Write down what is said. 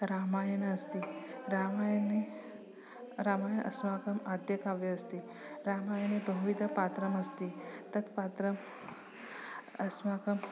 रामायणम् अस्ति रामायणे रामायणम् अस्माकम् आद्यकाव्यम् अस्ति रामायणे बहुविधं पात्रमस्ति तत्पात्रम् अस्माकं